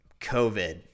COVID